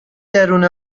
درون